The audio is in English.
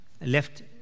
left